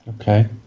Okay